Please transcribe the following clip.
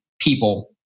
people